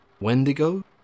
Wendigo